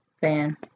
fan